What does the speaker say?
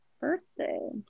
birthday